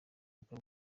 bukwe